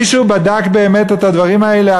מישהו בדק באמת את הדברים האלה?